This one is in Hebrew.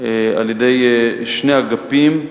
על-ידי שני אגפים,